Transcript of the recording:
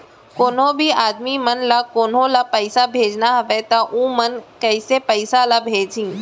कोन्हों भी आदमी मन ला कोनो ला पइसा भेजना हवय त उ मन ह कइसे पइसा ला भेजही?